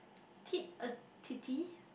tit a tittie